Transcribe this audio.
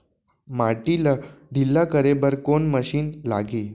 माटी ला ढिल्ला करे बर कोन मशीन लागही?